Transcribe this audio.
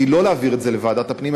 היא לא להעביר את זה לוועדת הפנים,